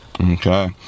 okay